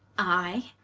i,